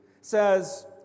says